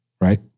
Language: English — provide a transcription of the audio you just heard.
right